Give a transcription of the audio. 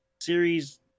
Series